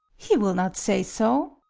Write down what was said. he will not say so.